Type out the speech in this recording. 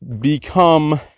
become